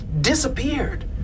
disappeared